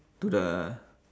to the